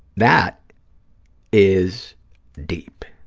that is deep.